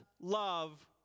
love